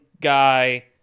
guy